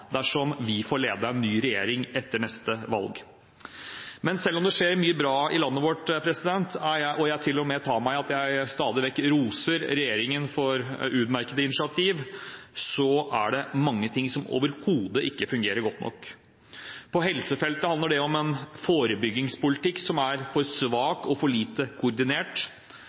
dersom vi får lede en ny regjering etter neste valg. Selv om det skjer mye bra i landet vårt – og jeg til og med må ta meg i at jeg stadig vekk roser regjeringen for utmerkede initiativ – er det mange ting som overhodet ikke fungerer godt nok. På helsefeltet handler det om en forebyggingspolitikk som er for svak og for lite koordinert,